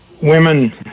women